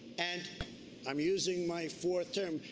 and i'm using my fourth term.